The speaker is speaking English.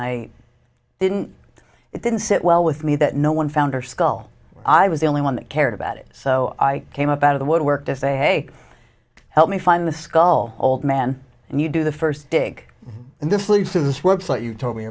i didn't it didn't sit well with me that no one found her skull i was the only one that cared about it so i came up out of the woodwork to say hey help me find the skull old man and you do the first dig in the flea for this website you told me